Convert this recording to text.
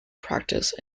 practice